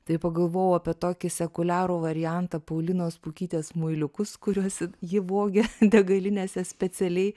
tai pagalvojau apie tokį sekuliarų variantą paulinos pukytės muiliukus kuriuos ji vogė degalinėse specialiai